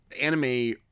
anime